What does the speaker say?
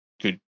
good